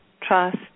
Trust